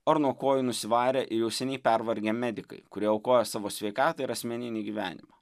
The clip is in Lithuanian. ar nuo kojų nusivarę ir jau seniai pervargę medikai kurie aukoja savo sveikatą ir asmeninį gyvenimą